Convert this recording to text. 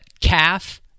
Calf